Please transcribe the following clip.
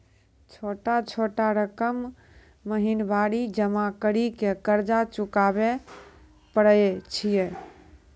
छोटा छोटा रकम महीनवारी जमा करि के कर्जा चुकाबै परए छियै?